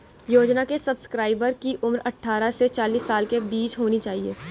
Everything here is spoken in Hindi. योजना के सब्सक्राइबर की उम्र अट्ठारह से चालीस साल के बीच होनी चाहिए